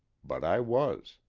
but i was.